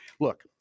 Look